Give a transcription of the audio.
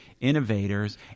innovators